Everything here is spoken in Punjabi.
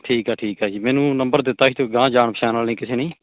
ਠੀਕ ਆ ਠੀਕ ਆ ਜੀ ਮੈਨੂੰ ਨੰਬਰ ਦਿੱਤਾ ਸੀ ਅਤੇ ਅਗਾਂਹ ਜਾਣ ਪਛਾਣ ਵਾਲੇ ਕਿਸੇ ਨੇ ਜੀ